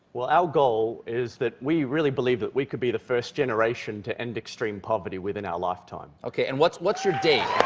well, our goal is that we really believe that we could be the first generation to end extreme poverty within our lifetime. stephen okay, and what's what's your date?